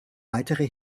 weitere